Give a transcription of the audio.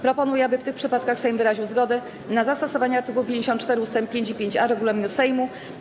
Proponuję, aby w tych przypadkach Sejm wyraził zgodę na zastosowanie art. 54 ust. 5 i 5a regulaminu Sejmu.